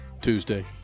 Tuesday